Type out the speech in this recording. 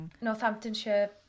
Northamptonshire